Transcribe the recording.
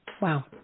Wow